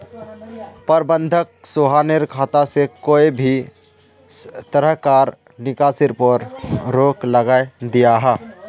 प्रबंधक सोहानेर खाता से कोए भी तरह्कार निकासीर पोर रोक लगायें दियाहा